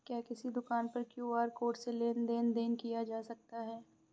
क्या किसी दुकान पर क्यू.आर कोड से लेन देन देन किया जा सकता है?